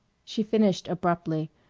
she finished abruptly.